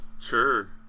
Sure